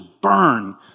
burn